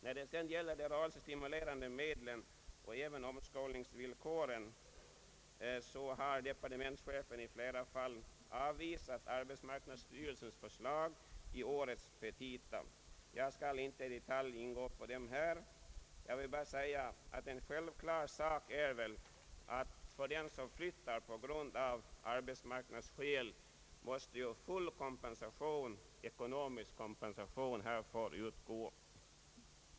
Vad sedan beträffar de rörelsestimulerande medlen och omskolningsvillkoren har departementschefen i flera fall avvisat arbetsmarknadsstyrelsens förslag i årets petita. Jag skall inte i detalj ingå på dem här. Jag vill bara säga att en självklar sak är väl att till den som flyttar på grund av arbetsmarknadsskäl måste full ekonomisk kompensation härför utgå.